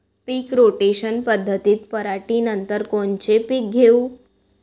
पीक rotation पद्धतीत पराटीनंतर कोनचे पीक घेऊ?